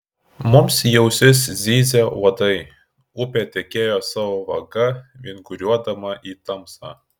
mums į ausis zyzė uodai upė tekėjo savo vaga vinguriuodama į tamsą